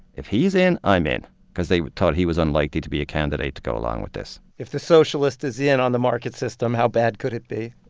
if he's in, i'm in cause they thought he was unlikely to be a candidate to go along with this if the socialist is in on the market system, how bad could it be?